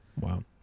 Wow